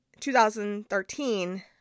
2013